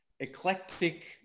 eclectic